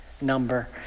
number